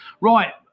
Right